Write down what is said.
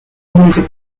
music